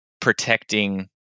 protecting